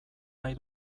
nahi